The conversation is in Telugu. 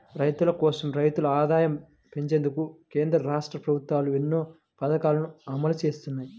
రైతుల కోసం, రైతుల ఆదాయం పెంచేందుకు కేంద్ర, రాష్ట్ర ప్రభుత్వాలు ఎన్నో పథకాలను అమలు చేస్తున్నాయి